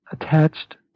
attached